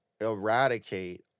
eradicate